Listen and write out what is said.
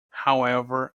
however